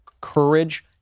Courage